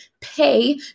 pay